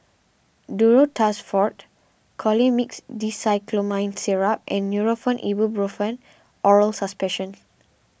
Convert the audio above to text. Duro Tuss Forte Colimix Dicyclomine Syrup and Nurofen Ibuprofen Oral Suspension